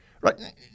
right